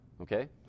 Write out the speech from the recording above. okay